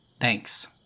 Thanks